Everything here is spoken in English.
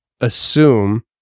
assume